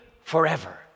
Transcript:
forever